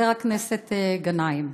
חבר הכנסת גנאים,